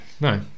no